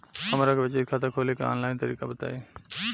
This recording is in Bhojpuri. हमरा के बचत खाता खोले के आन लाइन तरीका बताईं?